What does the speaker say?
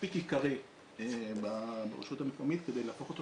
מספיק עיקרי ברשות המקומי כדי להפוך אותו